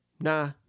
Nah